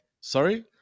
Sorry